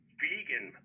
vegan